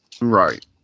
Right